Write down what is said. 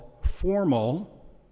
formal